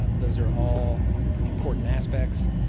um those are all important aspects.